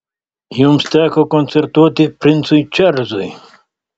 jums teko koncertuoti princui čarlzui